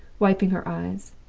wiping her eyes.